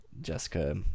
Jessica